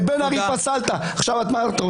את בן ארי פסלת.